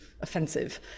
offensive